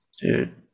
dude